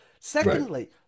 Secondly